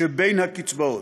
שבין הקצבאות.